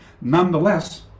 nonetheless